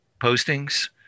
postings